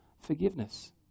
forgiveness